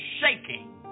shaking